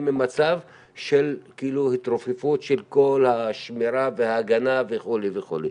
עם מצב של התרופפות של כל השמירה וההגנה וכו' וכו'.